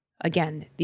Again